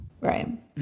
right